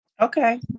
Okay